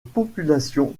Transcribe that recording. population